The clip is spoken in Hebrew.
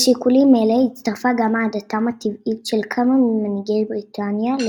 לשיקולים אלה הצטרפה גם אהדתם הטבעית של כמה ממנהיגי בריטניה לציונות.